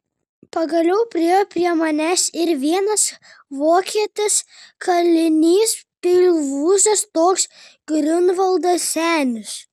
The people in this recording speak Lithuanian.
pagaliau priėjo prie manęs ir vienas vokietis kalinys pilvūzas toks griunvaldas senis